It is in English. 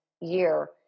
year